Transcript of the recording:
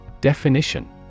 Definition